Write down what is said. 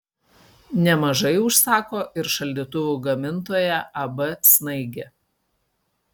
nemažai užsako ir šaldytuvų gamintoja ab snaigė